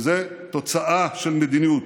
וזו תוצאה של מדיניות.